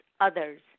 others